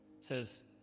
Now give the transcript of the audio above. says